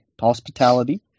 hospitality